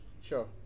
Sure